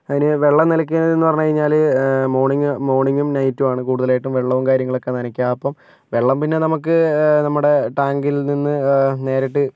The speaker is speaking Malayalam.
അതിനു വെള്ളം നനയ്ക്കലെന്ന് പറഞ്ഞു കഴിഞ്ഞാല് മോണിംഗ് മോണിംഗും നൈറ്റും ആണ് കൂടുതലായിട്ടും വെള്ളവും കാര്യങ്ങളൊക്കെ നനയ്ക്കുക അപ്പം വെള്ളം പിന്നെ നമുക്ക് നമ്മുടെ ടാങ്കിൽ നിന്ന് നേരിട്ട്